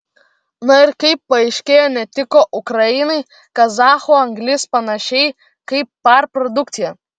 na ir kaip paaiškėjo netiko ukrainai kazachų anglis panašiai kaip par produkcija